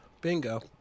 Bingo